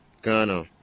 Ghana